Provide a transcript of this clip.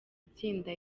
itsinda